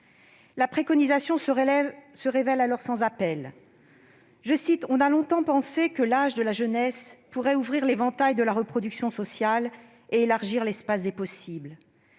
Sa préconisation se révélait donc sans appel :« On a longtemps pensé que l'âge de la jeunesse pourrait ouvrir l'éventail de la reproduction sociale et élargir l'espace des possibles :